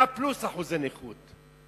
100 פלוס אחוזי נכות,